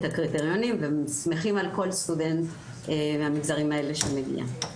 הקריטריונים ושמחים על כל סטודנט מהמגזרים האלה שמגיע.